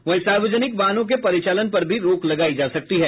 वहीं सार्वजनिक वाहनों के परिचालन पर भी रोक लगायी जा सकती है